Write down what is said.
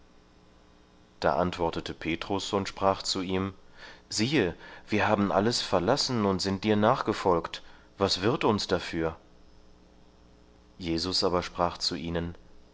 da antwortete petrus und sprach zu ihm siehe wir haben alles verlassen und sind dir nachgefolgt was wird uns dafür jesus aber sprach zu ihnen